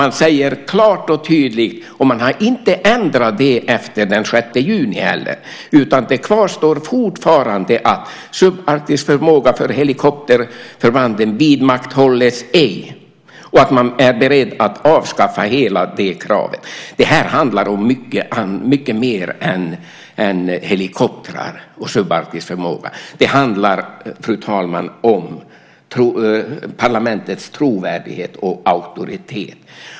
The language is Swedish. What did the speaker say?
Man säger klart och tydligt - och det har inte ändrats efter den 6 juni, utan det kvarstår fortfarande - att subarktisk förmåga för helikopterförbanden vidmakthålles ej och att man är beredd att avskaffa hela det kravet. Det här handlar om mycket mer än bara helikoptrar och subarktisk förmåga. Det handlar, fru talman, om parlamentets trovärdighet och auktoritet.